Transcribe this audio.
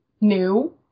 new